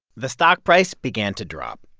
the stock price began to drop.